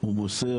הוא מוסר,